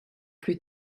plus